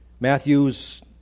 Matthew's